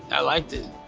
i liked it.